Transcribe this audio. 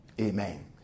Amen